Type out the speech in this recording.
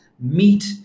meet